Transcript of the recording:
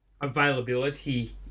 availability